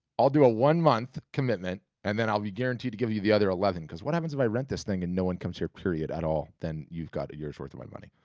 i'll do a one-month commitment and then i'll be guaranteed to give you the other eleven cause what happens if i rent this thing and no one comes here, period, at all, then you've got a year's worth of my money?